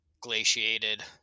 glaciated